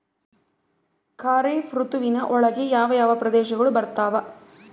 ಖಾರೇಫ್ ಋತುವಿನ ಒಳಗೆ ಯಾವ ಯಾವ ಪ್ರದೇಶಗಳು ಬರ್ತಾವ?